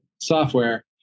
software